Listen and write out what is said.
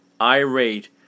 irate